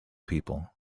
people